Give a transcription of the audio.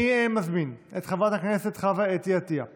אני מזמין את חברת הכנסת חוה אתי עטייה